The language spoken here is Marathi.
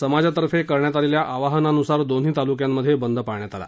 समाजातर्फे करण्यात आलेल्या आवाहनानुसार दोन्ही तालुक्यांमध्ये बंद पाळण्यात आला